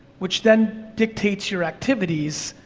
which then dictates your activities,